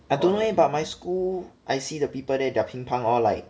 I don't know eh but my school I see the people there their 乒乓 all like